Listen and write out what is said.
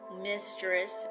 Mistress